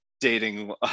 dating –